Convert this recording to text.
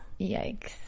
yikes